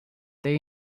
they